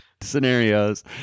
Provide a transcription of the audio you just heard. scenarios